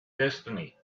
destiny